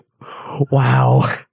Wow